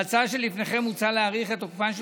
בהצעה שלפניכם מוצע להאריך את תוקפן של